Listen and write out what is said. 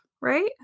right